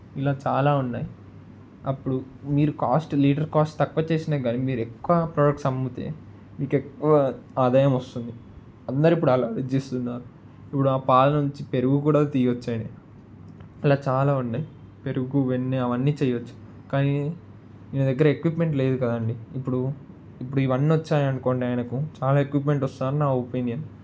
ఇలా చాలా ఉన్నాయి అప్పుడు మీరు కాస్ట్ లీటర్ కాస్ట్ తక్కువ చేసినా కానీ మీరు ఎక్కువ ప్రొడక్ట్స్ అమ్మితే ఇంకా ఎక్కువ ఆదాయం వస్తుంది అందరూ ఇప్పుడు అలా ఆలోచిస్తున్నారు ఇప్పుడు ఆ పాల నుంచి పెరుగు కూడా తీయచ్చు ఇలా చాలా ఉంటాయి పెరుగు వెన్న అవన్నీ చేయొచ్చు కానీ నీ దగ్గర ఎక్విప్మెంట్ లేదు కదా అండి ఇప్పుడు ఇప్పుడు ఇవన్నీ వచ్చాయనుకోండి ఆయనకు చాలా ఎక్విప్మెంట్ వస్తుందని నా ఒపీనియన్